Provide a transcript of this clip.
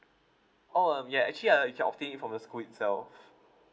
oh ya actually [ah[ you can obtain it from the school itself